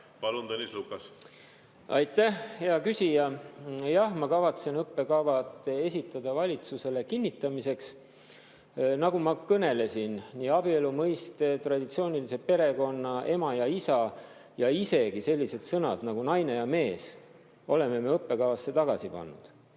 Palun, Tõnis Lukas! Aitäh, hea küsija! Jah, ma kavatsen õppekavad esitada valitsusele kinnitamiseks. Nagu ma kõnelesin, siis mõisted "abielu", "traditsiooniline perekond", "ema", "isa" ja isegi sellised sõnad nagu "naine" ja "mees" oleme me õppekavasse tagasi pannud.